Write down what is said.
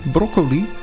Broccoli